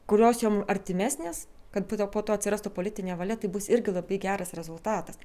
kurios jom artimesnės kad po to po to atsirastų politinė valia tai bus irgi labai geras rezultatas